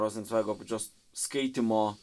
rozencveigo pačios skaitymo